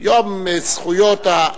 חבר הכנסת זאב.